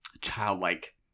childlike